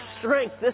strength